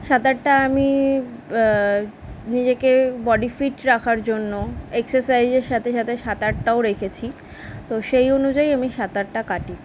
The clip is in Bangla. সাঁতারটা আমি নিজেকে বডি ফিট রাখার জন্য এক্সারসাইজের সাথে সাথে সাঁতারটাও রেখেছি তো সেই অনুযায়ী আমি সাঁতারটা কাটি